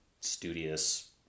studious